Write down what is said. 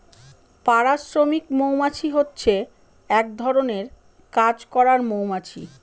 পাড়া শ্রমিক মৌমাছি হচ্ছে এক ধরনের কাজ করার মৌমাছি